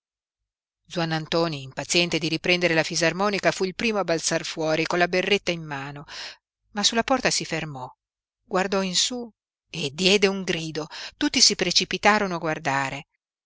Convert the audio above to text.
zuannantoni impaziente di riprendere la fisarmonica fu il primo a balzar fuori con la berretta in mano ma sulla porta si fermò guardò in su e diede un grido tutti si precipitarono a guardare